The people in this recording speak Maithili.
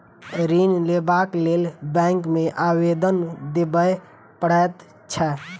ऋण लेबाक लेल बैंक मे आवेदन देबय पड़ैत छै